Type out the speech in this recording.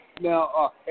Now